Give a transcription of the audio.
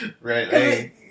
Right